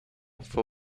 fue